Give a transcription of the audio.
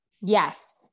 Yes